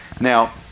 Now